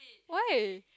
why